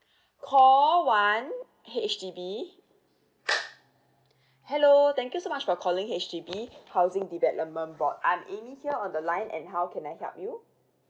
call one H_D_B hello thank you so much for calling H_D_B housing development board I'm amy here on the line and how can I help you